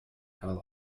color